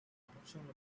opportunity